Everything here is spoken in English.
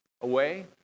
away